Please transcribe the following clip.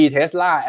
Tesla